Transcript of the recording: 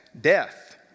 death